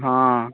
ହଁ